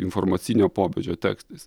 informacinio pobūdžio tekstais